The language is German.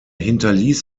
hinterließ